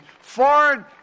foreign